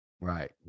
Right